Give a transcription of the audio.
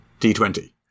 D20